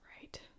Right